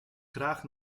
graag